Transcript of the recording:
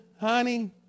honey